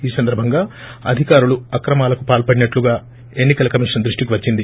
ఈ సందర్బంగా అధికారులు అక్రమాలకు పాల్పడినట్లుగా ఎన్నికల కమిషన్ దృష్టికి వచ్చింది